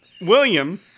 William